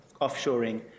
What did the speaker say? offshoring